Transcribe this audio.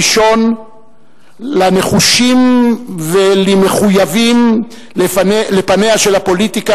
ראשון לנחושים ולמחויבים לפניה של הפוליטיקה